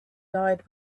died